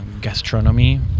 gastronomy